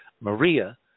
Maria